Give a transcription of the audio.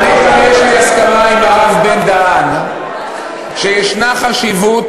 יש לי הסכמה עם הרב בן-דהן שיש חשיבות